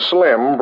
Slim